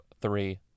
three